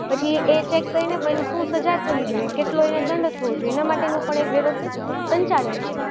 પછી એ ચેક કરીને પણ એને શું સજા થવી જોએ કેટલો એને દંડ થવો જોએ એના માટેનું પણ એક વ્યવસ્થિત સંચાલન છે